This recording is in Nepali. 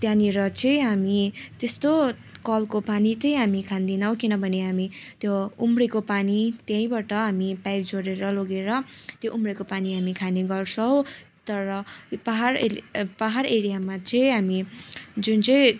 त्यहाँनिर चाहिँ हामी त्यस्तो कलको पानी चाहिँ हामी खाँदैनौँ किनभने हामी त्यो उम्रिएको पानी त्यहीँबाट हामी पाइप जोडेर लोगेर त्यो उम्रिएको पानी हामी खाने गर्छौँ तर पहाड ए पहाड एरियामा चाहिँ हामी जुन चाहिँ